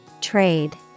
Trade